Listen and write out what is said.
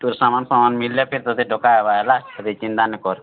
ତୋର୍ ସାମାନ୍ ଫାମାନ୍ ମିଲ୍ଲେ ଫେର୍ ତତେ ଡକା ହେବା ହେଲା ହେତିର୍ ଚିନ୍ତା ନାଇଁ କର୍